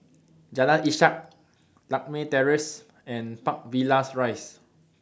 Jalan Ishak Lakme Terrace and Park Villas Rise